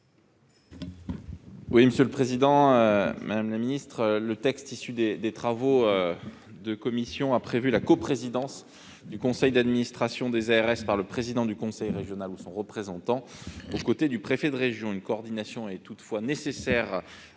: La parole est à M. le rapporteur. Le texte issu des travaux des commissions a prévu la coprésidence du conseil d'administration des ARS par le président du conseil régional ou son représentant, aux côtés du préfet de région. Une coordination est toutefois nécessaire à l'article L.